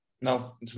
no